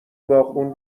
باغبون